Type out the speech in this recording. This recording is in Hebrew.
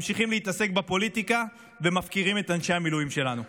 ממשיכים להתעסק בפוליטיקה ומפקירים את אנשי המילואים שלנו.